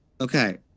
okay